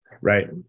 Right